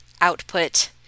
output